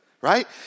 right